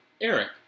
Eric